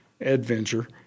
adventure